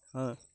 ஆ